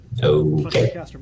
okay